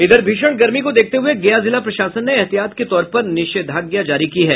इधर भीषण गर्मी को देखते हुए गया जिला प्रशासन ने ऐहतियात के तौर पर निषेधाज्ञा जारी की है